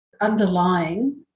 underlying